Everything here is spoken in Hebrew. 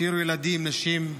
השאירו ילדים, נשים,